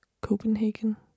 Copenhagen